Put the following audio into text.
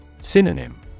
Synonym